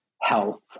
health